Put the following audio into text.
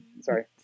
Sorry